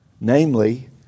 namely